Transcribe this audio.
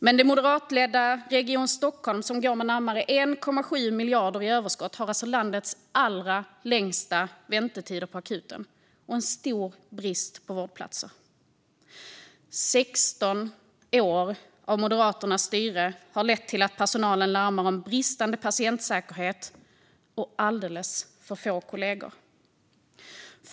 Men moderatledda Region Stockholm, som går med närmare 1,7 miljarder i överskott, har alltså landets längsta väntetider på akuten och stor brist på vårdplatser. Sexton år av Moderaternas styre har lett till att personalen larmar om bristande patientsäkerhet och alldeles för få kollegor.